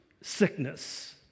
sickness